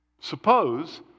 Suppose